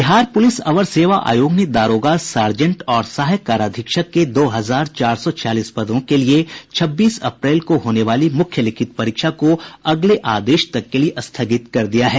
Bihar police अवर सेवा आयोग ने दारोगा सार्जेंट और सहायक काराधीक्षक के दो हजार चार सौ छियालीस पदों के लिए छब्बीस अप्रैल को होने वाली मुख्य लिखित परीक्षा को अगले आदेश तक के लिए स्थगित कर दिया है